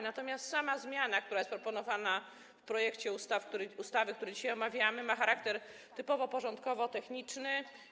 Natomiast sama zmiana, która jest proponowana w projekcie ustawy, który dzisiaj omawiamy, ma charakter typowo porządkowo-techniczny.